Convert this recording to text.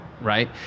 right